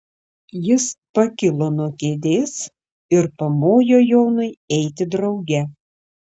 jis pakilo nuo kėdės ir pamojo jonui eiti drauge